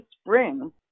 spring